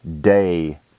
day